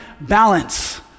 balance